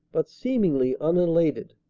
but seemingly undated.